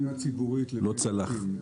לא צלח.